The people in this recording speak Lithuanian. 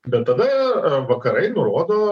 bet tada vakarai nurodo